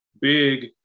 big